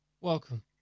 Welcome